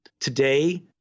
today